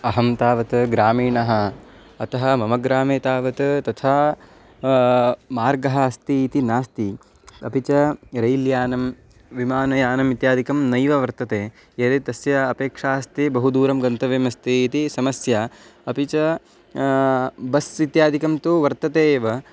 अहं तावत् ग्रामीणः अतः मम ग्रामे तावत् तथा मार्गः अस्ति इति नास्ति अपि च रैल् यानं विमानयानम् इत्यादिकं नैव वर्तते यदि तस्य अपेक्षा अस्ति बहु दूरं गन्तव्यमस्ति इति समस्या अपि च बस् इत्यादिकं तु वर्तते एव